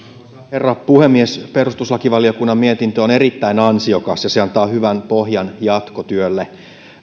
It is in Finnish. herra puhemies perustuslakivaliokunnan mietintö on erittäin ansiokas ja se antaa hyvän pohjan jatkotyölle